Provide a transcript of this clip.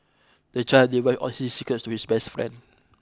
the child divulged all his secrets to his best friend